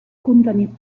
contenir